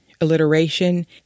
alliteration